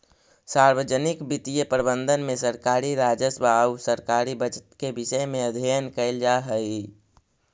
सार्वजनिक वित्तीय प्रबंधन में सरकारी राजस्व आउ सरकारी बजट के विषय में अध्ययन कैल जा हइ